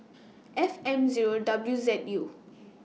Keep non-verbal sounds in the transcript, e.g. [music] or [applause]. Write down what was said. [noise] F M Zero W Z U